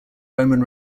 roman